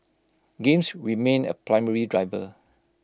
games remain A primary driver